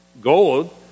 Gold